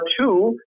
two